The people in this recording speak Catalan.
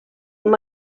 amb